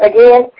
Again